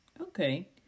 Okay